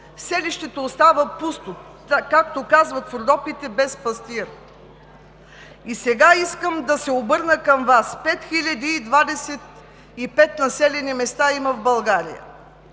селището остава пусто. Както казват в Родопите: без пастир. Сега искам да се обърна към Вас. 5025 населени места има в България.